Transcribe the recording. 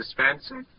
Spencer